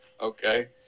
Okay